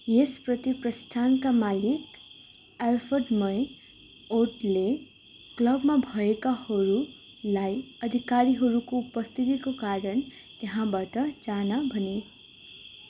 यस प्रति प्रस्थानका मालिक अल्फ्रेडमय ओडले क्लबमा भएकाहरूलाई अधिकारीहरूको उपस्थितिका कारण त्यहाँबाट जान भने